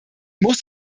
muss